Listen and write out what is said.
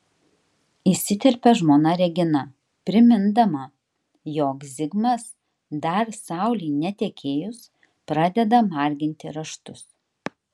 įsiterpia žmona regina primindama jog zigmas dar saulei netekėjus pradeda marginti raštus